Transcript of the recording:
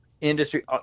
industry